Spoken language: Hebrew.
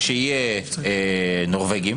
שיהיו נורבגים,